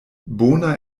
bona